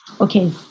Okay